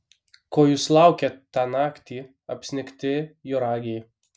ko jūs laukėt tą naktį apsnigti juragiai